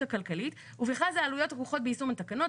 הכלכלית ובכלל זה עלויות הכרוכות ביישום התקנות,